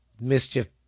mischief